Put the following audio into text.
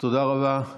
תודה רבה.